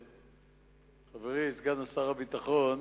חברי סגן שר הביטחון,